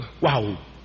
Wow